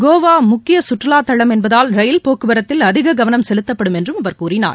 கோவா முக்கிய சுற்றுலா தலம் என்பதால் ரயில் போக்குவரத்தில் அதிக கவனம் செலுத்தப்படும் என்றும் அவர் கூறினார்